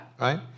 right